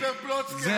סבר פלוצקר אמר את זה,